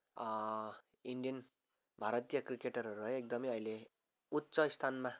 Indian भारतीय क्रिकेटरहरू है एकदमै अहिले उच्च स्थानमा